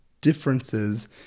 differences